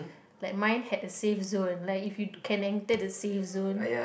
like mine had the safe zone like if you can enter the safe zone